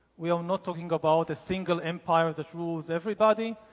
we are not talking about a single empire that rules everybody.